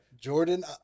Jordan